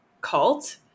cult